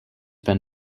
been